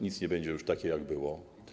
Nic nie będzie już takie, jakie było.